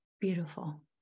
beautiful